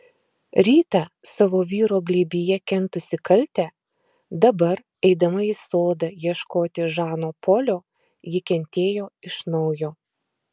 rytą savo vyro glėbyje kentusi kaltę dabar eidama į sodą ieškoti žano polio ji kentėjo iš naujo